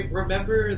remember